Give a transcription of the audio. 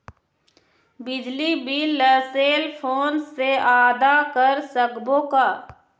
बिजली बिल ला cell phone से आदा कर सकबो का?